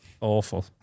awful